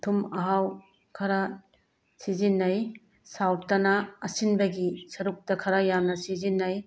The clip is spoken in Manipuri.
ꯑꯊꯨꯝ ꯑꯍꯥꯎ ꯈꯔ ꯁꯤꯖꯤꯟꯅꯩ ꯁꯥꯎꯠꯇꯅ ꯑꯁꯤꯟꯕꯒꯤ ꯁꯔꯨꯛꯇ ꯈꯔ ꯌꯥꯝꯅ ꯁꯤꯖꯤꯟꯅꯩ